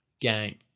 game